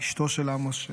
אשתו של עמוס,